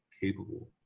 capable